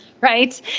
right